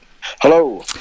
Hello